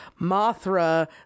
mothra